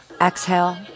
exhale